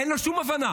אין לו שום הבנה.